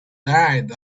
dried